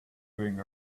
going